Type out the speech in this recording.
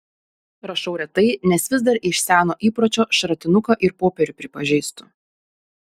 rašau retai nes vis dar iš seno įpročio šratinuką ir popierių pripažįstu